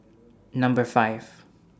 Number five